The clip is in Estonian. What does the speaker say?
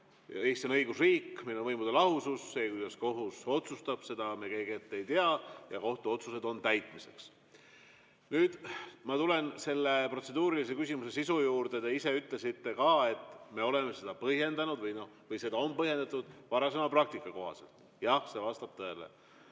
Eesti on õigusriik, meil on võimude lahusus. Seda, kuidas kohus otsustab, me keegi ette ei tea ja kohtuotsused on täitmiseks. Nüüd ma tulen selle protseduurilise küsimuse sisu juurde. Te ise ütlesite ka, et seda on põhjendatud varasema praktikaga. Jah, see vastab tõele.